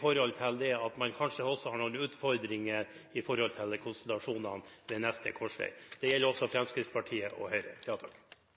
fordi man kanskje også har noen utfordringer med konstellasjonene ved neste korsvei. Det gjelder også Fremskrittspartiet og Høyre.